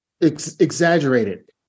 exaggerated